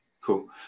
Cool